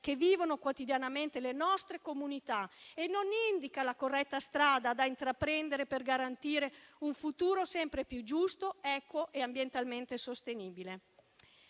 che vivono quotidianamente le nostre comunità e non indica la corretta strada da intraprendere per garantire un futuro sempre più giusto, equo e ambientalmente sostenibile.